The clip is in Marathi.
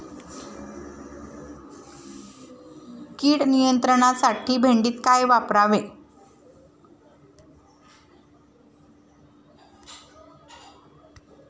कीड नियंत्रणासाठी भेंडीत काय वापरावे?